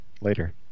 later